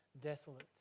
desolate